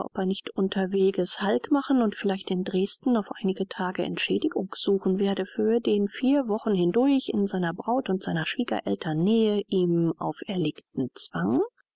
ob er nicht unterweges halt machen und vielleicht in dresden auf einige tage entschädigung suchen werde für den vier wochen hindurch in seiner braut und seiner schwiegereltern nähe ihm auferlegten zwang